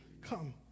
Come